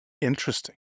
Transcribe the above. Interesting